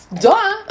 duh